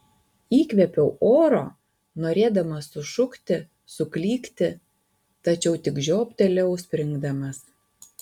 įkvėpiau oro norėdamas sušukti suklykti tačiau tik žioptelėjau springdamas